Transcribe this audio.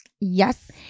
yes